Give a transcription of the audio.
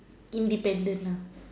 independent nah